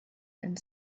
and